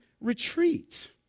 retreat